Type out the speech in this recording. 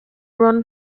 ron